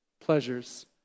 pleasures